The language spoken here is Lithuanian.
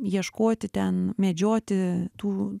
ieškoti ten medžioti tų